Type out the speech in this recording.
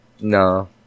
No